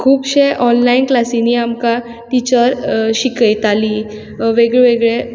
खुबशे ऑनलायन क्लासींनी आमकां टिचर शिकयताली वेगळे वेगळे